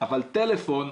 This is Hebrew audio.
אבל טלפון,